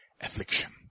affliction